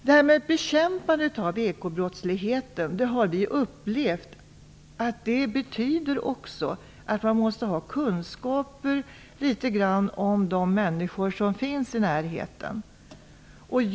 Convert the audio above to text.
Detta med bekämpande av ekobrottslighet har vi upplevt också betyder att man måste ha vissa kunskaper om de människor som finns i närheten.